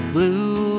Blue